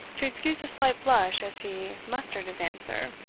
to excuse a slight blush as he mustered his answer